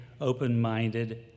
open-minded